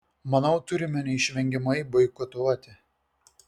manau turime neišvengiamai boikotuoti